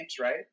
right